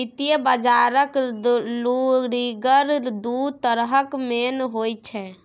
वित्तीय बजारक लुरिगर दु तरहक मेन होइ छै